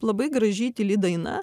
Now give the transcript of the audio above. labai graži tyli daina